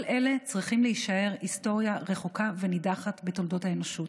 כל אלה צריכים להישאר היסטוריה רחוקה ונידחת בתולדות האנושות.